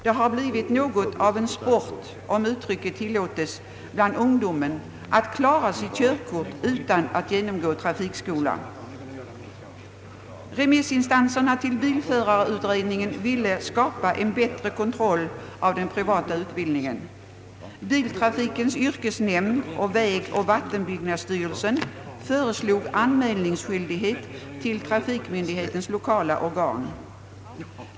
Det har blivit något av en sport, om uttrycket tillåtes, bland ungdomen att klara sitt körkort utan att genomgå trafikskola. Remissinstanserna till bilförarutredningen ville skapa en bättre kontroll av den privata utbildningen. Biltrafikens yrkesnämnd samt vägoch vattenbyggnadsstyrelsen föreslog anmälningsskyldighet till trafikmyndighetens lokala organ.